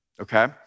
Okay